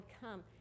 come